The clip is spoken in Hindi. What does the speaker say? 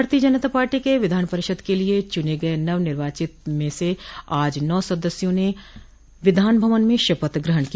भारतीय जनता पार्टी के विधान परिषद के लिये चुने गये नवनिर्वाचित में से आज नौ सदस्यों ने विधान भवन में शपथ ग्रहण की